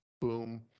boom